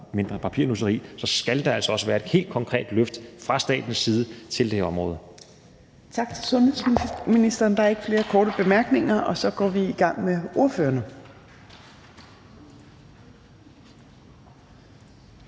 mindre papirnusseri, skal der altså også være et helt konkret løft fra statens side til det her område. Kl. 11:31 Fjerde næstformand (Trine Torp): Tak til sundhedsministeren. Der er ikke flere korte bemærkninger, og så går vi i gang med ordførerne.